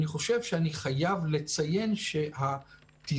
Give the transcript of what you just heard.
אני חושב שאני חייב לציין שהתזמון,